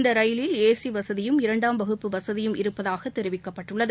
இந்தரயிலில் ஏசிவசதியும் இரண்டாம் வகுப்பு வசதியும் இருப்பதாகதெரிவிக்கப்பட்டுள்ளது